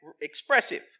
expressive